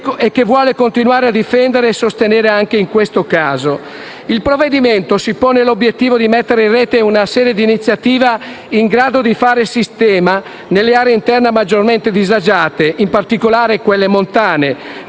e che vuole continuare a difendere e sostenere anche in questo caso. Il provvedimento si pone l'obiettivo di mettere in rete una serie di iniziative in grado di fare sistema nelle aree interne maggiormente disagiate, in particolare in quelle montane,